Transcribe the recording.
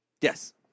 yes